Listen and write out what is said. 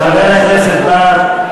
חבר הכנסת בר,